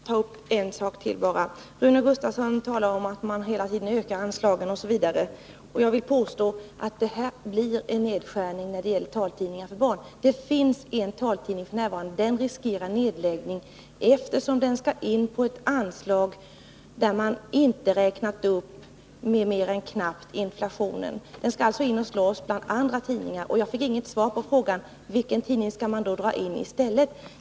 Herr talman! Jag vill bara ta upp en sak till. Rune Gustavsson talar om att man hela tiden ökar anslagen osv. Jag vill i det sammanhanget påstå att det här innebär att det blir en nedskärning när det gäller taltidningar för barn. Det finns f. n. bara en enda taltidning, och det finns en risk för att den läggs ned, eftersom den skall in under ett anslag som man inte räknat upp mer än vad som knappt motsvarar inflationen. Denna tidning skall alltså vara med bland andra tidningar och slåss. Jag fick inget svar på frågan: Vilken tidning skall man då dra in i stället?